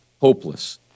hopeless